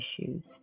issues